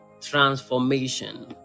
transformation